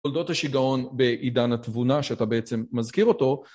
תולדות השגעון בעידן התבונה שאתה בעצם מזכיר אותו.